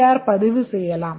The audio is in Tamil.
ஆர் பதிவு செய்யலாம்